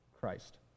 Christ